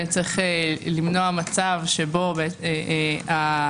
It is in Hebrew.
צריך למנוע מצב שבו המבוטח,